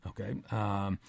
okay